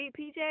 PJ